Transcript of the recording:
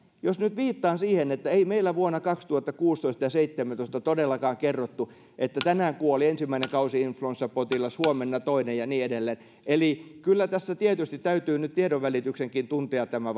jos nyt viittaan siihen että meillä vuosina kaksituhattakuusitoista ja kaksituhattaseitsemäntoista ei todellakaan kerrottu että tänään kuoli ensimmäinen kausi influenssapotilas huomenna toinen ja niin edelleen niin kyllä tässä tietysti täytyy nyt tiedonvälityksenkin tuntea tämä